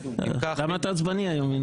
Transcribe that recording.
למה אתה עצבני היום, ינון?